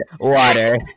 Water